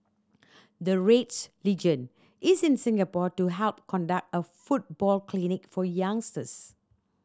the Reds legend is in Singapore to help conduct a football clinic for youngsters